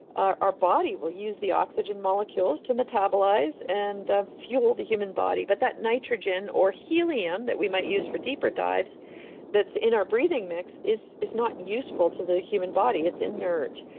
our our body will use the oxygen molecules to metabolize and ah fuel the human body, but that nitrogen or helium that we might use for deeper dives that's in our breathing mix is is not useful to the human body. it's inert.